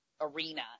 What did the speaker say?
arena